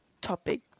topic